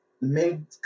made